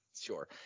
sure